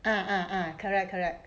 ah ah ah correct correct